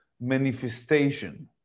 manifestation